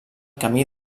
camí